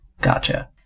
Gotcha